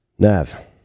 nav